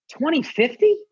2050